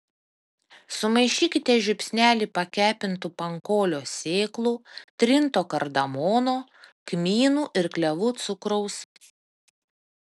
sumaišykite žiupsnelį pakepintų pankolio sėklų trinto kardamono kmynų ir klevų cukraus